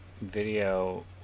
video